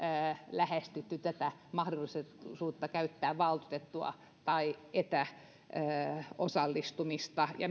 lähestytty tätä mahdollisuutta käyttää valtuutettua tai etäosallistumista